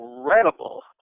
incredible